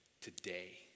today